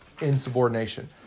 insubordination